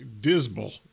dismal